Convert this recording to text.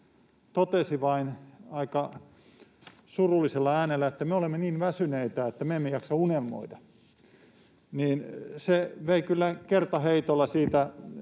totesi vain aika surullisella äänellä, että me olemme niin väsyneitä, että me emme jaksa unelmoida. Se vei kyllä kertaheitolla